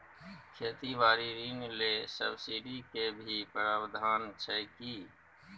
खेती बारी ऋण ले सब्सिडी के भी प्रावधान छै कि?